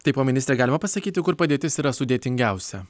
taip o ministre galima pasakyti kur padėtis yra sudėtingiausia